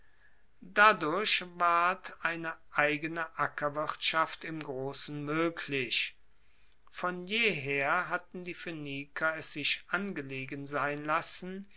dadurch ward eine eigene ackerwirtschaft im grossen moeglich von jeher hatten die phoeniker es sich angelegen sein lassen